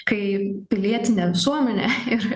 kai pilietinė visuomenė ir